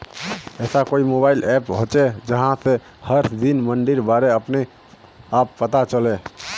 ऐसा कोई mobile app होचे जहा से हर दिन मंडीर बारे अपने आप पता चले?